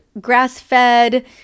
grass-fed